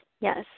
Yes